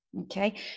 okay